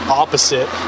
opposite